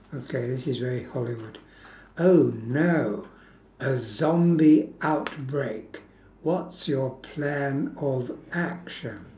okay this is very hollywood oh no a zombie outbreak what's your plan of action